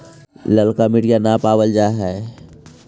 ललका मिटीया न पाबल जा है?